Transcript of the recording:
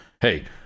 hey